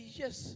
yes